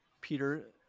Peter